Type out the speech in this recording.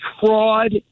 fraud